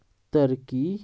turkey